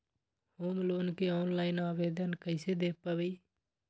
Home loan के online आवेदन कैसे दें पवई?